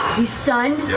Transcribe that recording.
he's stunned? yeah